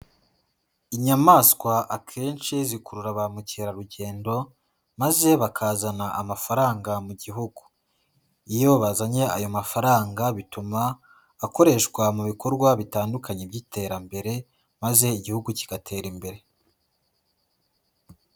Inyamaswa akenshi zikurura ba mukerarugendo, maze bakazana amafaranga mu Gihugu, iyo bazanye ayo mafaranga bituma akoreshwa mu bikorwa bitandukanye by'iterambere, maze Igihugu kigatera imbere.